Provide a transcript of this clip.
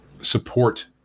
support